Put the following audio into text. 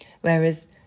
Whereas